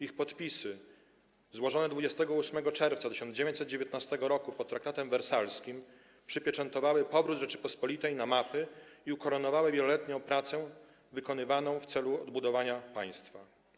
Ich podpisy złożone 28 czerwca 1919 roku pod Traktatem Wersalskim przypieczętowały powrót Rzeczypospolitej na mapy i ukoronowały wieloletnią pracę wykonywaną w celu odbudowania państwa.